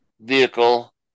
vehicle